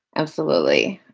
absolutely.